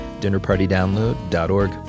dinnerpartydownload.org